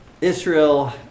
Israel